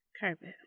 carpet